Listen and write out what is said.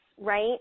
Right